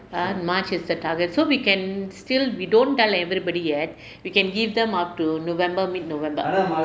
ah march is the target so we can still we don't tell everybody yet we can give them up to november middle november